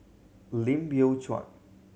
Lim Biow Chuan